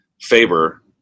Faber